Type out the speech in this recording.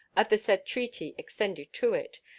of the said treaty extended to it,